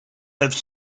have